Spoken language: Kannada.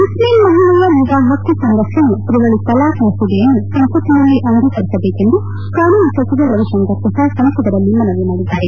ಮುಸ್ಲಿಂ ಮಹಿಳೆಯ ವಿವಾಪ ಪಕ್ಕು ಸಂರಕ್ಷಣೆ ತ್ರಿವಳಿ ತಲಾಕ್ ಮಸೂದೆಯನ್ನು ಸಂಸತ್ತಿನಲ್ಲಿ ಅಂಗೀಕರಿಸಬೇಕೆಂದು ಕಾನೂನು ಸಚಿವ ರವಿಶಂಕರ ಪ್ರಸಾದ್ ಸಂಸದರಲ್ಲಿ ಮನವಿ ಮಾಡಿದ್ದಾರೆ